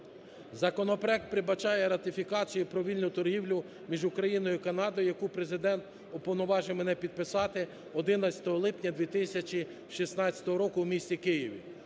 Законопроект передбачає ратифікацію про вільну торгівлю між Україною і Канадою, яку Президент уповноважив мене підписати 11 липня 2016 року в місті Києві.